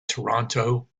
toronto